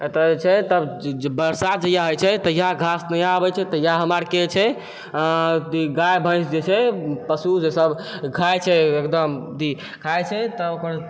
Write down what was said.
एतऽ जे छइ तब बरसात जहिया होइ छै तहिया घास आबइ छै तहिया हमर आर के जे छइ गाय भैंसजे छैै पशू जे छै खाइ छइ एकदम खाइ छइ तऽओकर